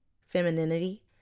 femininity